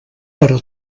però